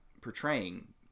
portraying